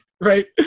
right